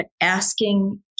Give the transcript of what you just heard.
asking